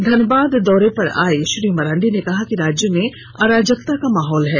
धनबाद दौरे पर आए श्री मरांडी ने कहा कि राज्य में अराजकता का माहौल है